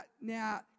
now